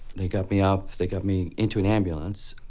they got me up. they got me into an ambulance.